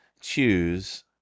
choose